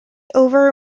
over